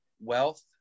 wealth